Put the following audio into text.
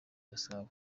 gasabo